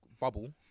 bubble